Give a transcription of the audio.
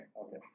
okay